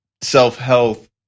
self-health